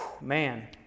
man